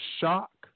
shock